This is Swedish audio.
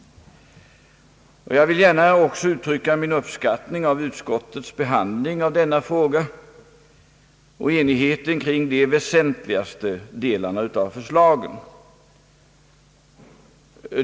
Jag vill gärna också uttrycka min uppskattning av utskottets behandling av denna fråga och min tillfredsställelse med enigheten kring de väsentligaste delarna av förslagen.